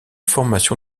formation